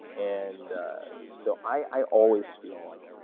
and so i always feel like,